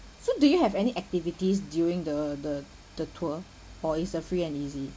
so do you have any activities during the the the tour or it's a free and easy